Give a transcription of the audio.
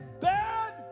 bad